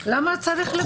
למה צריך לאסור את זה?